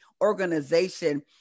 organization